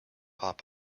hop